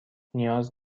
نیاز